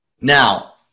Now